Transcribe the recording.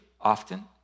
often